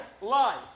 life